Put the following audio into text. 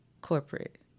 corporate